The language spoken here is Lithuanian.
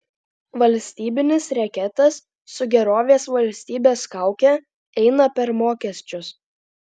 valstybinis reketas su gerovės valstybės kauke eina per mokesčius